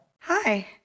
Hi